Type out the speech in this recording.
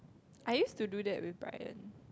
I used to do that with Bryan